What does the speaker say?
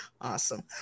Awesome